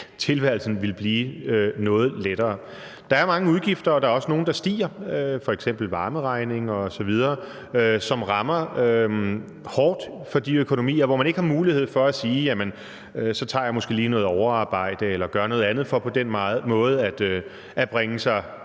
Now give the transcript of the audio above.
tilværelsen ville blive noget lettere. Der er mange udgifter, og der er også nogle, der stiger, f.eks. varmeregninger osv. Det rammer de økonomier hårdt, hvor man ikke har mulighed for at sige, at jamen så tager man måske lige noget overarbejde eller gør noget andet for på den måde at bibringe sig